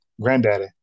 granddaddy